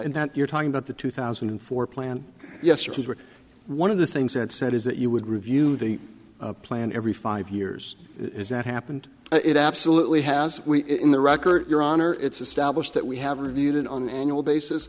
and that you're talking about the two thousand and four plan yesterday where one of the things that said is that you would review the plan every five years it has not happened it absolutely has in the record your honor it's established that we have reviewed it on